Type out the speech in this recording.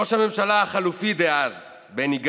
ראש הממשלה החליפי דאז בני גנץ,